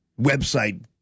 website